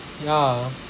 ya